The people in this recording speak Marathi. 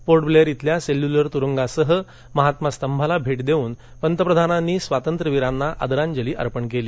पोर्ट ब्लेअर इथल्या सेल्युलर तुरुंगासह हुतात्मा स्तंभाला भेट देऊन पंतप्रधानांनी स्वातंत्र्यवीरांना आदरांजली अर्पण केली